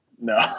no